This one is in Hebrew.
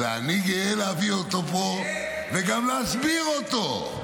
ואני גאה להביא אותו פה וגם להסביר אותו פה.